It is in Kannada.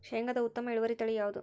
ಶೇಂಗಾದ ಉತ್ತಮ ಇಳುವರಿ ತಳಿ ಯಾವುದು?